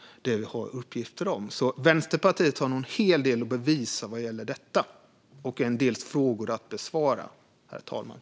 Vänsterpartiet har en hel del att bevisa och en del frågor att besvara vad gäller detta.